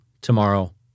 tomorrow